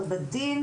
בדין,